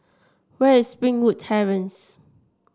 where is Springwood Terrace